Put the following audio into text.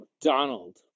Donald